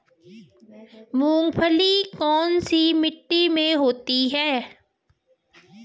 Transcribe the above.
मूंगफली कौन सी मिट्टी में होती है?